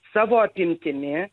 savo apimtimi